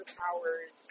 powers